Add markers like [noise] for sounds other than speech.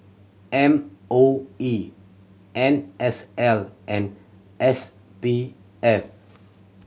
M O E N S L and S P F [noise]